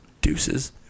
deuces